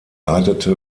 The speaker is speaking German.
leitete